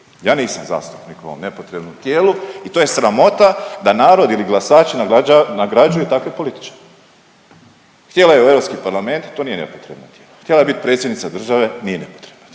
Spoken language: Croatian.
Ja nisam zastupnik u ovom nepotrebnom tijelu i to je sramota da narod ili glasači nagrađuju takve političare. Htjela je u Europski parlament, to nije nepotrebno tijelo, htjela je bit predsjednica države, nije nepotrebno tijelo.